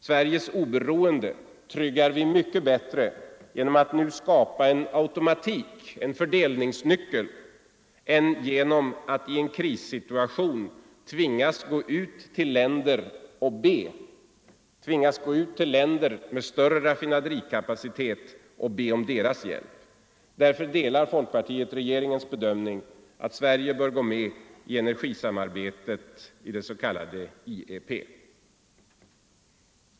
Sveriges oberoende tryggar vi mycket bättre genom att nu skapa en automatik, en fördelningsnyckel, än genom att i en krissituation tvingas gå ut till länder med större raffinaderikapacitet och be om deras hjälp. Därför delar folkpartiet regeringens bedömning att Sverige bör gå med i energisamarbetet i det s.k. IEP.